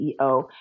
CEO